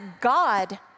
God